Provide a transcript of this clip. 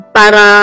para